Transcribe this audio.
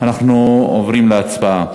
אנחנו עוברים להצבעה.